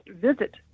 visit